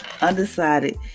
undecided